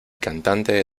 cantante